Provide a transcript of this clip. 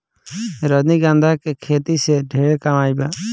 रजनीगंधा के खेती से ढेरे कमाई बा